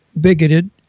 bigoted